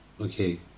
Okay